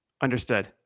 Understood